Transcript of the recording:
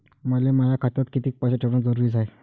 मले माया खात्यात कितीक पैसे ठेवण जरुरीच हाय?